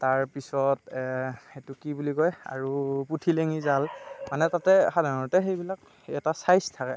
তাৰ পিছত সেইটো কি বুলি কয় সেইটো পুঠি লেঙী জাল মানে তাতে সাধাৰণতে সেইবিলাক এটা ছাইজ থাকে